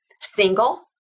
single